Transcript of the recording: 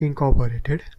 incorporated